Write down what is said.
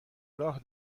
راه